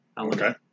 Okay